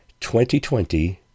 2020